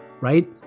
Right